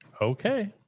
Okay